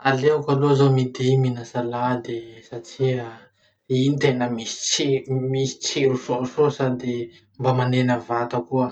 Aleo aloha zaho midi mihina salady satria iny tena tsiro misy tsiro soasoa sady mba manena vata koa.